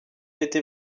été